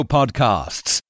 Podcasts